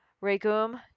Regum